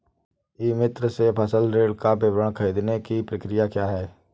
ई मित्र से फसल ऋण का विवरण ख़रीदने की प्रक्रिया क्या है?